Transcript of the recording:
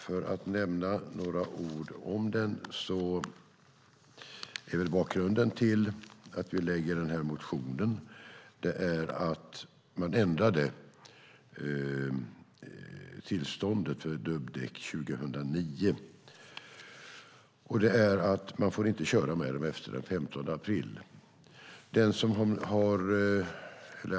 För att nämna några ord om den kan jag säga att bakgrunden till att vi skrivit en motion om det är att tillståndet att köra med dubbdäck ändrades 2009. Man får inte köra med dem efter den 15 april.